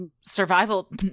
survival